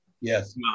Yes